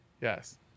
Yes